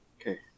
Okay